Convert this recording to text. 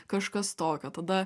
kažkas tokio tada